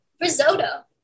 risotto